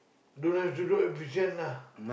don't have to do at Bishan lah